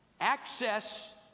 Access